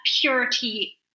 purity